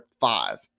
five